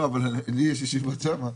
לא, אבל לי יש ישיבות שם.